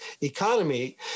economy